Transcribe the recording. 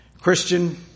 Christian